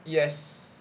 yes